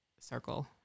circle